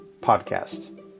podcast